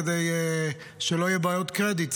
כדי שלא יהיה בעיות קרדיט,